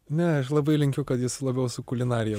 ne aš labai linkiu kad jis labiau su kulinarija